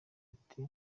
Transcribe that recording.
ati